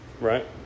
right